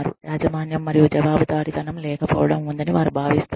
యాజమాన్యం మరియు జవాబుదారీతనం లేకపోవడం ఉందని వారు భావిస్తున్నారు